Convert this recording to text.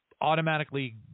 automatically